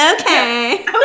Okay